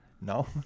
No